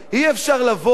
אי-אפשר לבוא,